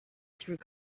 through